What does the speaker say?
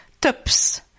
tips